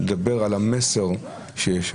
לדבר על המסר שיש.